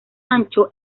ancho